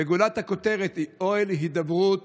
וגולת הכותרת היא אוהל הידברות